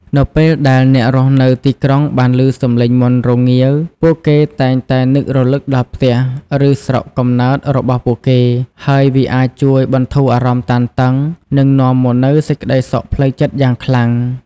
នៅពេលដែលអ្នករស់នៅទីក្រុងបានឮសំឡេងមាន់រងាវ ពួកគេតែងតែនឹករលឹកដល់ផ្ទះ ឬស្រុកកំណើតរបស់ពួកគេ ហើយវាអាចជួយបន្ធូរអារម្មណ៍តានតឹង និងនាំមកនូវសេចក្តីសុខផ្លូវចិត្តយ៉ាងខ្លាំង។